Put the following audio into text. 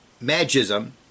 Magism